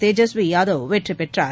தேஜஸ்வி யாதவ் வெற்றி பெற்றார்